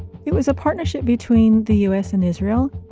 it was a partnership between the u s. and israel.